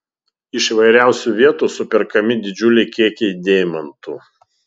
iš įvairiausių vietų superkami didžiuliai kiekiai deimantų